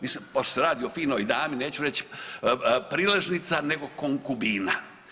Mislim, pošto se radi o finoj dami neću reći priležnica nego konkubina.